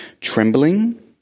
trembling